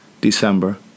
December